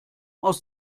aus